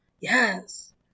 Yes